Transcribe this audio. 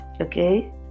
Okay